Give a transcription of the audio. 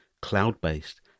cloud-based